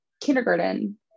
kindergarten